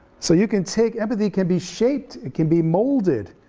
so you can take, empathy can be shaped, it can be molded,